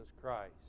Christ